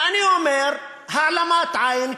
ואני אומר: העלמת עין,